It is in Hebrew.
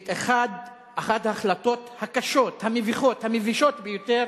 את אחת ההחלטות הקשות, המביכות, המבישות ביותר